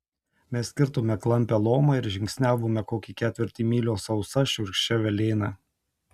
mes kirtome klampią lomą ir žingsniavome kokį ketvirtį mylios sausa šiurkščia velėna